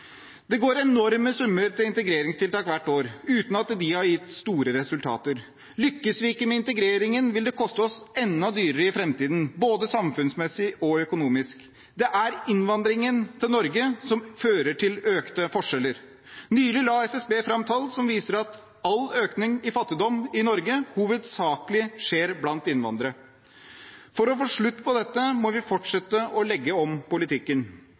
Det går enorme summer til integreringstiltak hvert år uten at de har gitt store resultater. Lykkes vi ikke med integreringen, vil det koste oss enda dyrere i framtiden, både samfunnsmessig og økonomisk. Det er innvandringen til Norge som fører til økte forskjeller. Nylig la SSB fram tall som viser at økningen i fattigdom i Norge hovedsakelig skjer blant innvandrere. For å få slutt på dette må vi fortsette å legge om politikken.